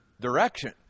Direction